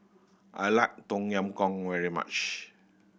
I like Tom Yam Goong very much